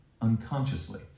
unconsciously